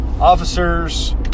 officers